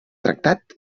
tractat